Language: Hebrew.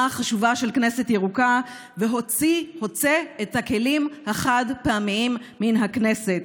החשובה של כנסת ירוקה והוצא את הכלים החד-פעמיים מן הכנסת.